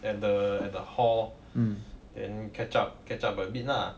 at the at the hall and catch up catch up a bit lah